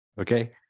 okay